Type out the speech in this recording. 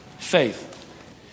faith